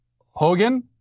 Hogan